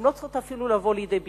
הן לא צריכות אפילו לבוא לידי ביטוי.